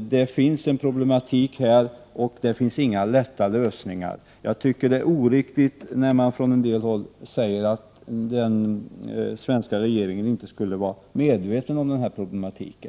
Det finns en problematik här, och det finns inga lätta lösningar. Jag tycker att det är oriktigt när man från en del håll säger att den svenska regeringen inte skulle vara medveten om denna problematik.